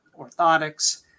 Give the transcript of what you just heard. orthotics